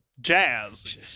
Jazz